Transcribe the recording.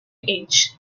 age